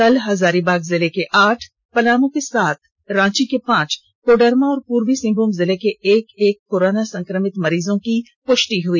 कल हजारीबाग जिले के आठ पलामू के सात रांची के पांच कोडरमा और पूर्वी सिंहभूम जिले से एक एक कोरोना संक्रमित मरीजों की पुष्टि हुई